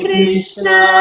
Krishna